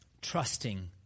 trusting